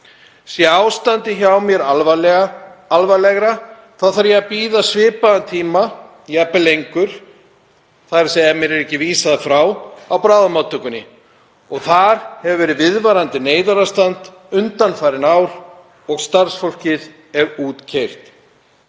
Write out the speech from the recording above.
Sé ástandið hjá mér alvarlegra þá þarf ég að bíða í svipaðan tíma, jafnvel lengur, þ.e. ef mér er ekki vísað frá, á 20tökunni. Þar hefur verið viðvarandi neyðarástand undanfarin ár og starfsfólkið er útkeyrt.